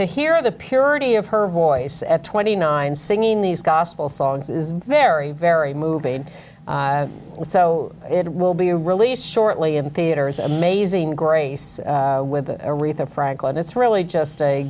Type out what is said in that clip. to hear the purity of her voice at twenty nine singing these gospel songs is very very moving so it will be released shortly in theaters amazing grace with aretha franklin it's really just a